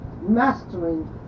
mastering